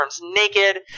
naked